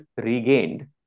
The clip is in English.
regained